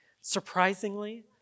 Surprisingly